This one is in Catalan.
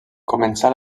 començà